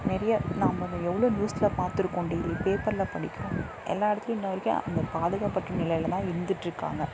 நிறைய நாம் இப்போ எவ்வளோ நியூஸில் பார்த்துருக்கோம் டெய்லி பேப்பரில் படிக்கிறோம் எல்லா இடத்துலையும் இன்ன வரைக்கும் அந்த பாதுகாப்பற்ற நிலையில் தான் இருந்துட்டு இருக்காங்க